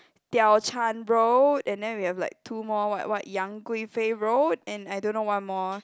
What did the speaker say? Diao-Chan road and then we have like two more what what Yang-Gui-fei road and I don't know what more